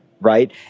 right